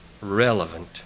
relevant